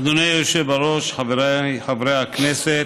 אדוני היושב-ראש, חבריי חברי הכנסת,